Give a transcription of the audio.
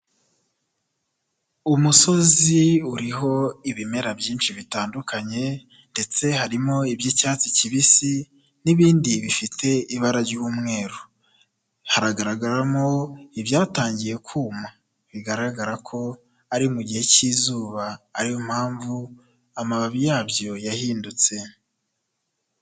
Umusozi uriho ibimera byinshi bitandukanye ndetse harimo iby'icyatsi kibisi n'ibindi bifite ibara ry'umweru. Hagaragaramo ibyatangiye kuma bigaragara ko ari mu gihe cy'izuba, ariyo mpamvu amababi yabyo yahindutse.